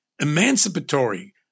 emancipatory